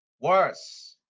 Worse